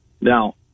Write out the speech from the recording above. Now